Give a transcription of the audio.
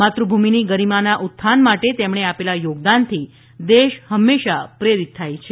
માતૃભૂમિની ગરિમાના ઉત્થાન માટે તેમણે આપેલા યોગદાનથી દેશ હંમેશા પ્રેરિત થાય છે